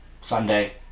Sunday